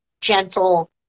gentle